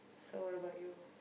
so what about you